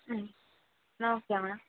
ம் okay ma'am